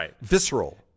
Visceral